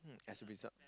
as a result